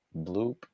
Bloop